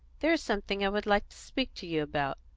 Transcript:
there is something i would like to speak to you about.